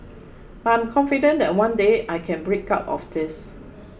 but I am confident that one day I can break out of this